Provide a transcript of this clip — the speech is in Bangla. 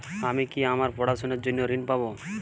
আমি কি আমার পড়াশোনার জন্য ঋণ পাব?